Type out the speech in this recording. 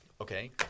Okay